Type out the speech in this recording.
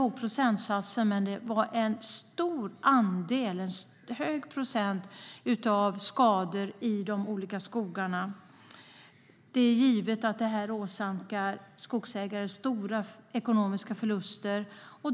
I vissa skogar är det en hög procent skador, vilket givetvis åsamkar skogsägarna stor ekonomisk förlust.